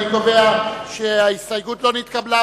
אני קובע שגם ההסתייגות השנייה לא נתקבלה.